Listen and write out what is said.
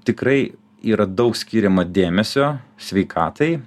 tikrai yra daug skiriama dėmesio sveikatai